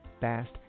fast